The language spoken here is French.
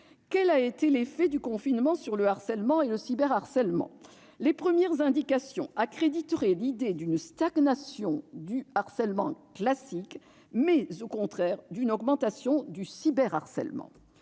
Quel effet a eu le confinement sur le harcèlement et le cyberharcèlement ? Les premières indications accréditent l'idée d'une stagnation du harcèlement classique et, à l'inverse, d'une augmentation du cyberharcèlement,